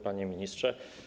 Panie Ministrze!